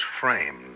framed